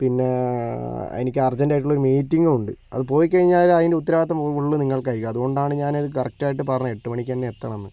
പിന്നെ എനിക്ക് അർജെന്റായിട്ടുള്ളൊരു മീറ്റിങ്ങും ഉണ്ട് അത് പോയിക്കഴിഞ്ഞാൽ അതിൻ്റെ ഉത്തരവാദിത്തം ഫുൾ നിങ്ങൾക്കായിരിക്കും അതുകൊണ്ടാണ് ഞാനത് കറക്റ്റായിട്ട് പറഞ്ഞത് എട്ടുമണിക്ക് തന്നെ എത്തണമെന്ന്